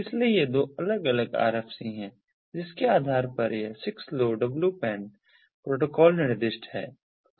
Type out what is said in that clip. इसलिए ये दो अलग अलग RFC हैं जिसके आधार पर यह 6LoWPAN प्रोटोकॉल निर्दिष्ट है